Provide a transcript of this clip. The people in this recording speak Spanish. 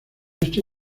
este